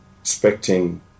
expecting